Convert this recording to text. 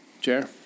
Chair